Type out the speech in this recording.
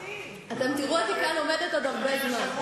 אתם תראו אותי עומדת כאן עוד הרבה זמן.